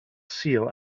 sul